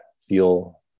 feel